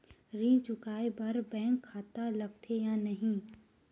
ऋण चुकाए बार बैंक खाता लगथे या नहीं लगाए?